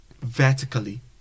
vertically